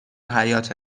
حیاط